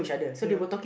ya